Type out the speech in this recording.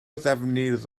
ddefnydd